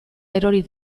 erori